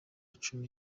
cumi